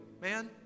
man